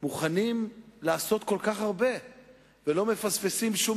מוכנים לעשות כל כך הרבה ולא מפספסים שום